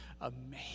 amazing